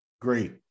Great